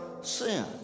sin